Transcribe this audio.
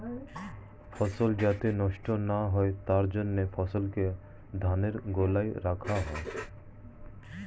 ফসল যাতে নষ্ট না হয় তার জন্য ফসলকে ধানের গোলায় রাখা হয়